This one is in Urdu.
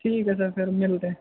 ٹھیک ہے سر پھر ملتے ہیں